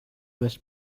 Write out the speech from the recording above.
was